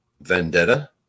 Vendetta